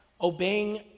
obeying